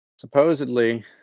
Supposedly